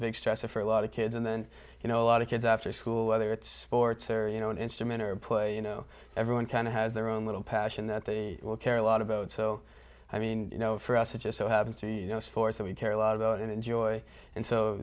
big stressor for a lot of kids and then you know a lot of kids after school whether it's you know an instrument or put you know everyone kind of has their own little passion that they will care a lot about so i mean you know for us it just so happens to you know sports that we care a lot about and enjoy and so